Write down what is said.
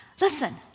Listen